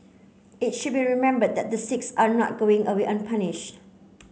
it should be remembered that the six are not going away unpunished